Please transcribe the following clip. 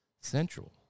Central